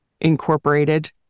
incorporated